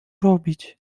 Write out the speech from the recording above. robić